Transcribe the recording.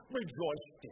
rejoiced